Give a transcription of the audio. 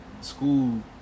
school